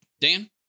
Dan